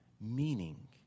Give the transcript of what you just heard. meaning